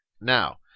Now